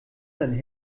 sein